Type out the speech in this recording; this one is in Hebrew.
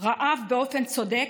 רעב באופן צודק,